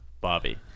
Bobby